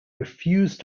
refused